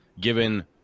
given